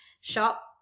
shop